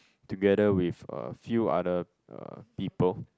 together with a few other uh people